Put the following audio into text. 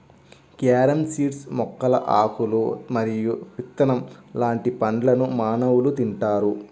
carom seeds మొక్కల ఆకులు మరియు విత్తనం లాంటి పండ్లను మానవులు తింటారు